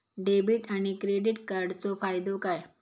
Debit आणि credit कार्डचो फायदो काय?